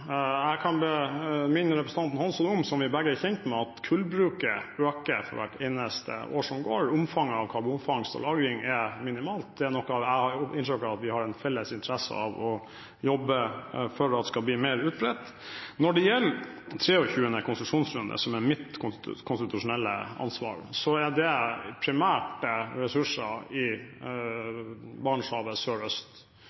Jeg kan minne representanten Hansson om – som vi begge er kjent med – at kullbruken øker hvert eneste år som går. Omfanget av karbonfangst og -lagring er minimalt, det er noe jeg har inntrykk av at vi har en felles interesse av å jobbe for skal bli mer utbredt. Når det gjelder den 23. konsesjonsrunden, som er mitt konstitusjonelle ansvar, er det primært ressurser i